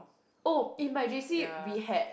oh in my J_C we had